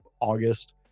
August